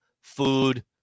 food